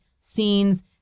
scenes